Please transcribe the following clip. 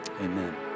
amen